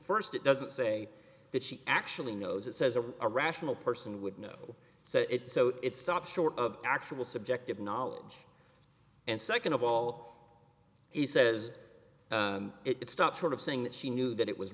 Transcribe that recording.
first it doesn't say that she actually knows it says a a rational person would know so it so it stops short of actual subjective knowledge and second of all he says it stopped short of saying that she knew that it was